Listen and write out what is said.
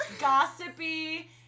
gossipy